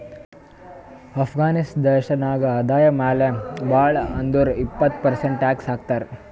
ಅಫ್ಘಾನಿಸ್ತಾನ್ ದೇಶ ನಾಗ್ ಆದಾಯ ಮ್ಯಾಲ ಭಾಳ್ ಅಂದುರ್ ಇಪ್ಪತ್ ಪರ್ಸೆಂಟ್ ಟ್ಯಾಕ್ಸ್ ಹಾಕ್ತರ್